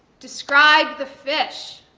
describe the fish.